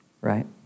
right